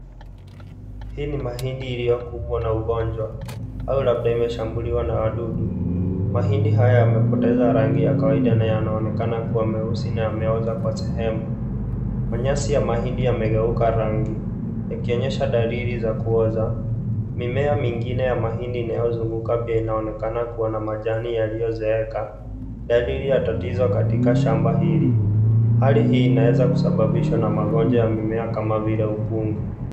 Hii mi mahindi iliyokumbwa na ugonjwa au labda imeshambuliwa na wadudu. Mahindi haya yamepoteza rangi ya kawaida na yanaonekana kuwa mweusi na wameoza kwa sehemu. Manyasi ya mahindi yamegeuka rangi yakionyesha dalili za kuoza. Mimea mingine ya mahindi inayozunguka pia inaonekana kuwa na majani yaliyozeeka. Dalili ya tatizo katika shamba hili. Hali hii inaweza kusababisha na magonjwa ya mimea kama vila ukungu.